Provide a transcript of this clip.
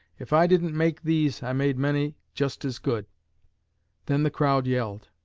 if i didn't make these i made many just as good then the crowd yelled.